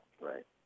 Right